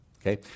Okay